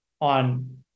on